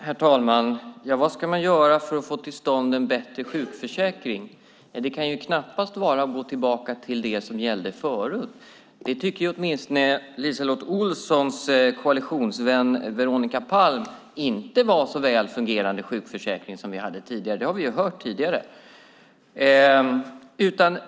Herr talman! Vad ska man göra för att få till stånd en bättre sjukförsäkring? Det kan knappast vara att gå tillbaka till det som gällde förut. Åtminstone LiseLotte Olssons koalitionsvän Veronica Palm tycker inte att det var en så väl fungerande sjukförsäkring som vi hade förut. Det har vi ju hört tidigare.